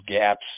gaps